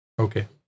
Okay